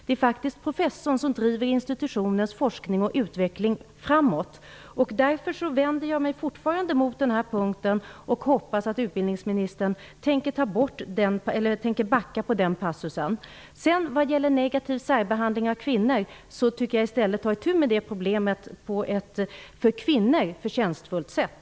Det är faktiskt professorn som driver institutionens forskning och utveckling framåt. Därför vänder jag mig fortfarande mot den här punkten och hoppas att utbildningsministern tänker backa på den punkten. Vad gäller negativ särbehandling av kvinnor tycker jag att man i stället skall ta itu med problemet på ett för kvinnor förtjänstfullt sätt.